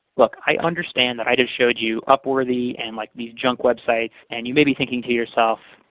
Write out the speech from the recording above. look, i understand that i just showed you upworthy and like these junk websites, and you may be thinking to yourself,